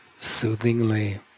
soothingly